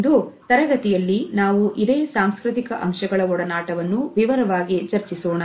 ಇಂದು ತರಗತಿಯಲ್ಲಿ ನಾವು ಇದೇ ಸಾಂಸ್ಕೃತಿಕ ಅಂಶಗಳ ಒಡನಾಟವನ್ನು ವಿವರವಾಗಿ ಚರ್ಚಿಸೋಣ